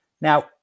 Now